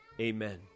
Amen